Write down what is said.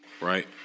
Right